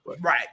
right